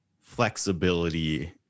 flexibility